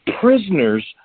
prisoners